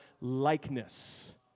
likeness